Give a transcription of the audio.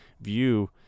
view